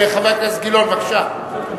חבר הכנסת גילאון, בבקשה.